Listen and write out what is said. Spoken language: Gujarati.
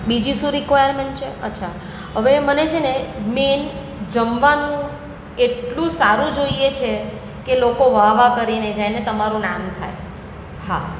બીજી શું રિકવારમેન્ટ છે અચ્છા હવે મને છે ને મેન જમવાનું એટલું સારું જોઈએ છે કે લોકો વાહ વાહ કરીને જાય અને તમારું નામ થાય હા